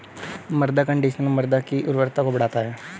मृदा कंडीशनर मृदा की उर्वरता को बढ़ाता है